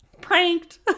pranked